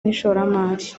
n’ishoramari